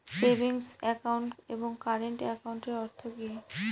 Savings account এবং current একাউন্টের অর্থ কি?